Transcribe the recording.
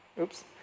oops